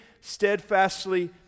steadfastly